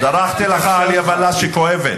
דרכתי לך על יבלת שכואבת.